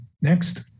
Next